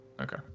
okay